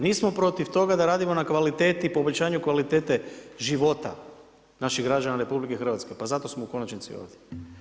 Nismo protiv toga da radimo na kvaliteti poboljšanju kvalitete života naših građana RH, pa zato smo u konačnici ovdje.